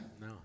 No